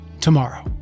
tomorrow